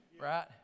Right